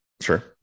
Sure